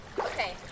Okay